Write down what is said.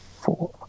Four